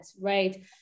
right